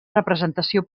representació